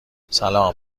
سلام